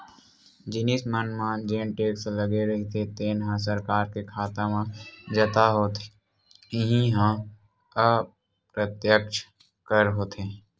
जिनिस मन म जेन टेक्स लगे रहिथे तेन ह सरकार के खाता म जता होथे इहीं ह अप्रत्यक्छ कर होथे